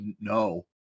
No